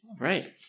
right